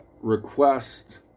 request